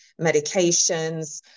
medications